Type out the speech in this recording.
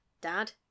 dad